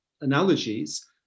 analogies